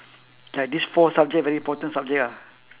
like these four subject very important subject ah